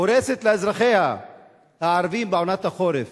הורסת לאזרחיה הערבים בעונת החורף.